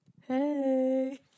Hey